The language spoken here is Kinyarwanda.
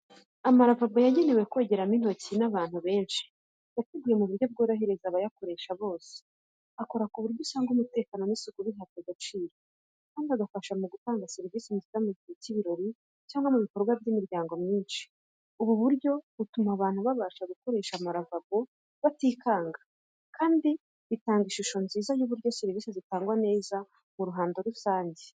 Amaravabo yagenewe kogeraho intoki n’abantu benshi. Yateguwe mu buryo bworohereza abayakoresha bose. Akora ku buryo usanga umutekano n’isuku bihabwa agaciro, kandi agafasha mu gutanga serivisi nziza mu gihe cy’ibirori cyangwa mu bikorwa by’imiryango myinshi. Ubu buryo butuma abantu babasha gukoresha amaravabo batikanga, kandi bitanga ishusho nziza y’uburyo serivisi zitangwa neza mu ruhando rusange.